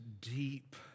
deep